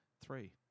three